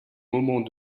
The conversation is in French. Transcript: moments